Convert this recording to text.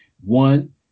One